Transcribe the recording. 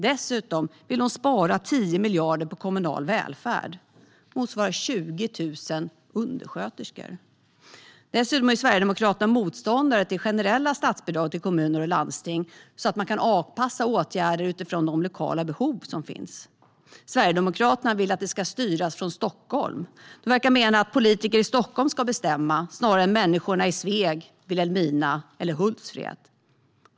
Dessutom vill de spara 10 miljarder på kommunal välfärd. Det motsvarar 20 000 undersköterskor. Sverigedemokraterna är också motståndare till generella statsbidrag till kommuner och landsting så att dessa kan avpassa åtgärder utifrån de lokala behov som finns. Sverigedemokraterna vill att det ska styras från Stockholm och verkar mena att politiker i Stockholm ska bestämma, snarare än människorna i Sveg, Vilhelmina eller Hultsfred.